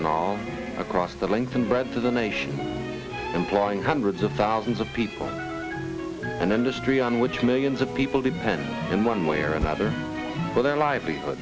and all across the length and breadth of the nation employing hundreds of thousands of people and industry on which millions of people depend in one way or another for their livelihood